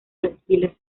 reptiles